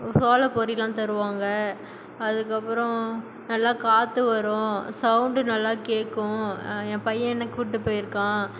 சோள பொரிலாம் தருவாங்க அதுக்கு அப்புறம் நல்லா காற்று வரும் சவுண்ட் நல்லா கேட்கும் என் பையன் என்ன கூப்பிட்டு போயிருக்கான்